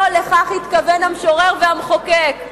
לא לכך התכוון המשורר, והמחוקק,